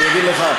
אני אגיד לך,